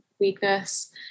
weakness